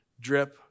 drip